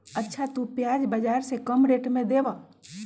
अच्छा तु प्याज बाजार से कम रेट में देबअ?